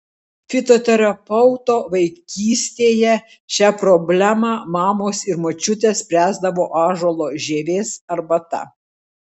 fitoterapeuto vaikystėje šią problemą mamos ir močiutės spręsdavo ąžuolo žievės arbata